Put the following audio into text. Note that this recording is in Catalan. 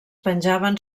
penjaven